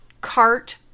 cart